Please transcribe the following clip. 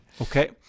Okay